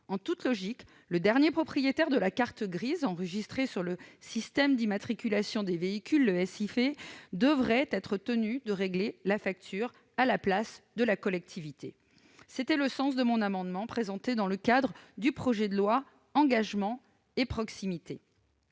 En toute logique, le dernier propriétaire de la carte grise enregistrée sur le système d'immatriculation des véhicules (SIV) devrait être tenu de régler la facture à la place de la collectivité. Tel était le sens de l'amendement que j'avais présenté dans le cadre du projet de loi Engagement et proximité.